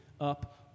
up